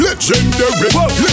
Legendary